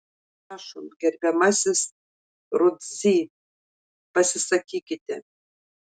prašom gerbiamasis rudzy pasisakykite